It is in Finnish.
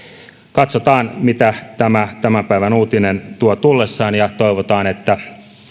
katsotaan mitä tämä tämän päivän uutinen tuo tullessaan ja toivotaan että